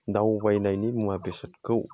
दावबायनायनि मुवा बेसादखौ